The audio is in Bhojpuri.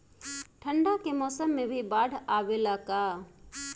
ठंडा के मौसम में भी बाढ़ आवेला का?